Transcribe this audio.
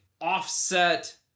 offset